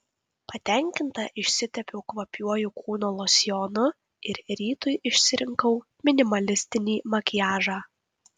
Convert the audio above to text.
patenkinta išsitepiau kvapiuoju kūno losjonu ir rytui išsirinkau minimalistinį makiažą